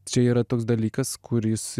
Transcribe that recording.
čia yra toks dalykas kuris